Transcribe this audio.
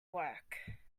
work